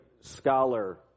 scholar